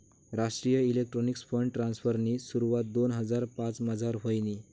राष्ट्रीय electronics fund ट्रान्स्फरनी सुरवात दोन हजार पाचमझार व्हयनी